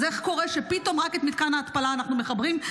אז איך קורה שפתאום רק את מתקן ההתפלה אנחנו מחברים?